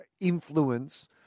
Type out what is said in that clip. influence